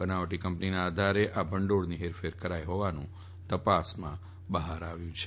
બનાવટી કંપનીઓના આધારે આ ભંડોળની હેરફેર કરાઈ હોવાનું તપાસમાં બહાર આવ્યું છે